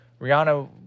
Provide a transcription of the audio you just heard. Rihanna